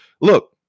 Look